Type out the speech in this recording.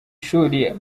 ishuri